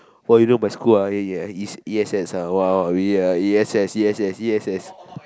oh you know my school ah eh it's E_S_S ah we E_S_S E_S_S E_S_S